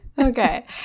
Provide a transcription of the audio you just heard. okay